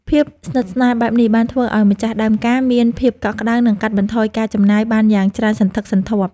ភាពស្និទ្ធស្នាលបែបនេះបានធ្វើឱ្យម្ចាស់ដើមការមានភាពកក់ក្តៅ និងកាត់បន្ថយការចំណាយបានយ៉ាងច្រើនសន្ធឹកសន្ធាប់។